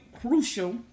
crucial